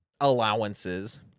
allowances